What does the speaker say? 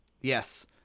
Yes